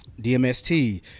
DMST